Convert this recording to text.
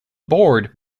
board